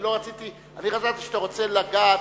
אני חשבתי שאתה רוצה לדעת,